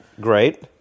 great